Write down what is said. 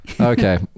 Okay